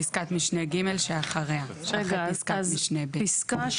פסקת משנה (ג) שאחריה, אחרי פסקת משנה (ב).